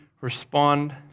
respond